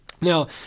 now